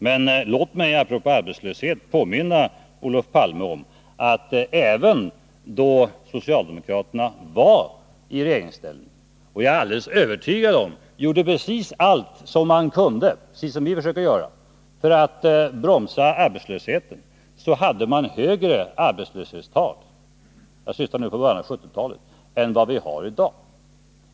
Men låt mig apropå arbetslöshet påminna Olof Palme om att även då socialdemokraterna var i regeringsställning — och jag är alldeles övertygad om att de då gjorde precis allt vad de kunde för att bromsa arbetslösheten, precis som vi nu försöker göra — så hade man i början av 1970-talet högre arbetslöshetstal än vad vi har i dag.